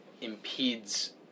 impedes